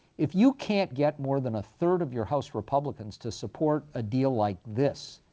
if you can't get more than a third of your house republicans to support a deal like this,